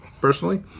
personally